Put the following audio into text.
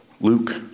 Luke